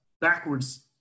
backwards